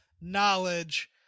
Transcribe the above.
knowledge